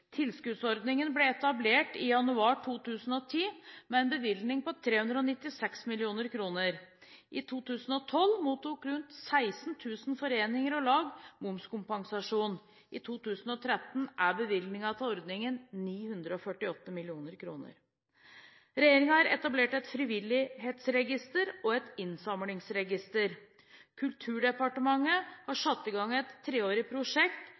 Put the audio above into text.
Tilskuddsordningen ble etablert i januar 2010 med en bevilgning på 396 mill. kr. I 2012 mottok rundt 16 000 foreninger og lag momskompensasjon. I 2013 er bevilgningen til ordningen 948 mill. kr. Regjeringen har etablert et frivillighetsregister og et innsamlingsregister. Kulturdepartementet har satt i gang et treårig prosjekt